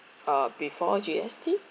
uh before G_S_T